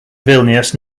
vilnius